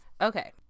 Okay